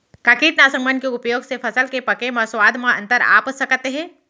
का कीटनाशक मन के उपयोग से फसल के पके म स्वाद म अंतर आप सकत हे?